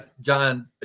John